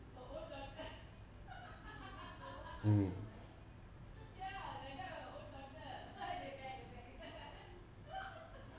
mm